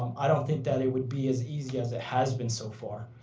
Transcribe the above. um i don't think that it would be as easy as it has been so far.